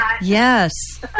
yes